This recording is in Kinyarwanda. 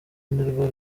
nirwo